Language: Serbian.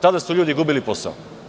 Tada su ljudi gubili posao.